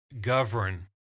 govern